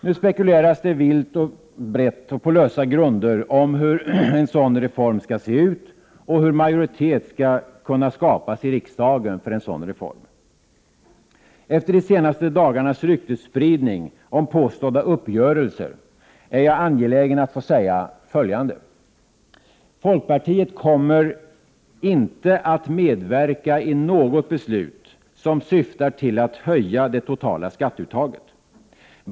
Nu spekuleras det vitt och brett och på lösa grunder om hur en sådan reform skall se ut och om hur majoritet för en reform skall kunna skapas i riksdagen. Efter de senaste dagarnas ryktesspridning om påstådda uppgörelser är jag angelägen att få säga följande. Folkpartiet kommer inte att medverka i något beslut som syftar till att höja det totala skatteuttaget.